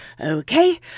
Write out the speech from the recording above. okay